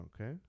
Okay